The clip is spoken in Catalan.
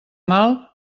mal